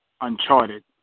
uncharted